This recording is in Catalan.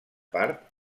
part